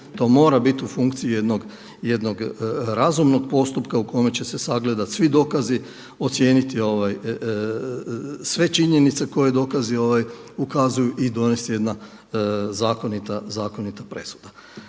To mora biti u funkciji jednog razumnog postupka u kome će se sagledati svi dokazi, ocijeniti sve činjenice koje dokazi ukazuju i donesti jedna zakonita presuda.